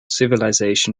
civilization